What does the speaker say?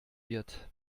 wird